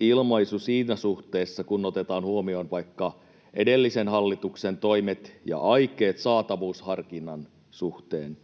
ilmaisu siinä suhteessa, kun otetaan huomioon vaikka edellisen hallituksen toimet ja aikeet saatavuusharkinnan suhteen.